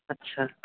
अच्छा